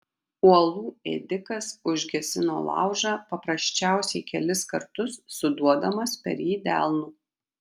uolų ėdikas užgesino laužą paprasčiausiai kelis kartus suduodamas per jį delnu